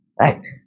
Right